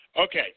Okay